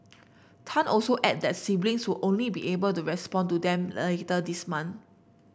Tan also added that siblings would only be able to respond to them later this month